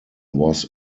was